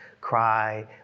cry